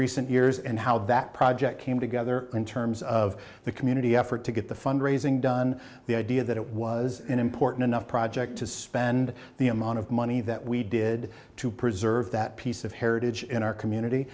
recent years and how that project came together in terms of the community effort to get the fund raising done the idea that it was important enough project to spend the amount of money that we did to preserve that piece of heritage in our community